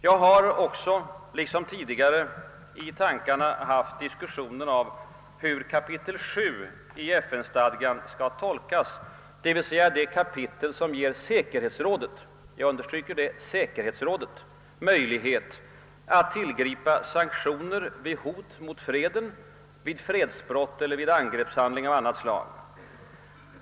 Jag har också liksom tidigare i tankarna haft diskussionen om hur kapitel 7 i FN-stadgan skall tolkas, d.v.s. det kapitel som ger säkerhetsrådet — jag understryker detta — möjlighet att tillgripa sanktioner vid hot mot freden, vid fredsbrott eller vid angreppshandling av annat slag.